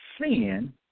sin